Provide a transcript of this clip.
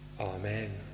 Amen